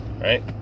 right